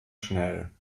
schnell